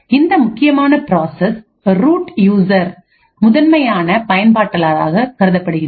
இந்த முக்கியமான process root user முதன்மையான பயன்பாட்டாளராக கருதப்படுகின்றது